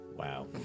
Wow